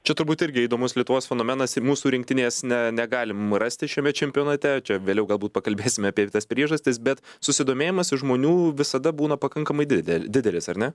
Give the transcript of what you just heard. čia turbūt irgi įdomus lietuvos fenomenas mūsų rinktinės ne negalim rasti šiame čempionate čia vėliau galbūt pakalbėsim apie tas priežastis bet susidomėjimas iš žmonių visada būna pakankamai dideli didelis ar ne